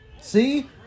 See